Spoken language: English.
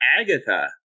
Agatha